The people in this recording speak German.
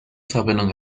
verbindung